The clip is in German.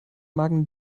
magen